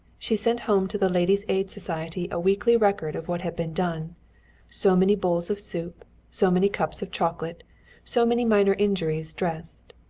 she sent home to the ladies' aid society a weekly record of what had been done so many bowls of soup so many cups of chocolate so many minor injuries dressed.